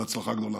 בהצלחה גדולה.